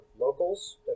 locals